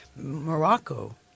Morocco